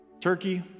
turkey